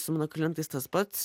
su mano klientais tas pats